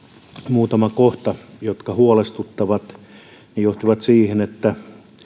muutama kohta jotka huolestuttavat johti siihen että